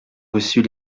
reçut